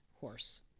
horse